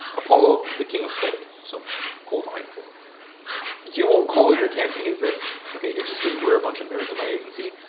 apollo, the king of cold. so cold lion says you won't call your campaigns this. okay. it just, cause we're a bunch of nerds in my agency.